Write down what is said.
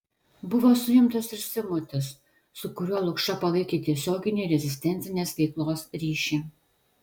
buvo suimtas ir simutis su kuriuo lukša palaikė tiesioginį rezistencinės veiklos ryšį